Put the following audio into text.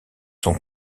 sont